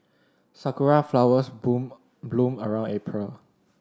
sakura flowers bloom bloom around April